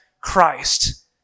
Christ